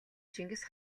чингис